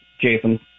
jason